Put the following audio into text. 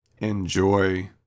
enjoy